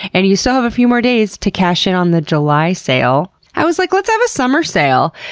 and you still have a few more days to cash in on the july sale. i was like, let's have a summer sale!